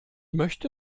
möchte